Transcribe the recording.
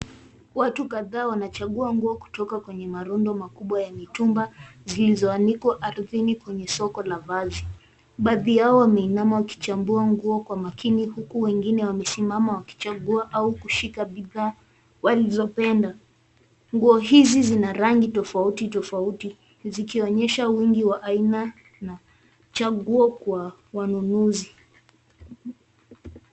Watu kadhaa wanachagua nguo kutoka kwenye marundo makubwa ya mitumba zilizoanikwa ardhini kwenye soko la vazi. Baadhi yao wameinama wakichambua nguo kwa makini huku wengine wamesimama wakichambua au kushika bidhaa walizopenda. Nguo hizi zina rangi tofauti tofauti zikionyesha wingi wa aina na chaguo kwa wanunuzi.